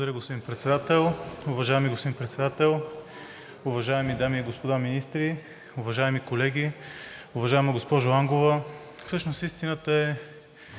Благодаря, господин Председател. Уважаеми господин Председател, уважаеми дами и господа министри, уважаеми колеги! Уважаема госпожо Ангова, всъщност истината е,